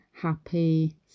happy